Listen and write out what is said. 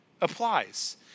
applies